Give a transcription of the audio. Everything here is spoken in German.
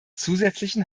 zusätzlichen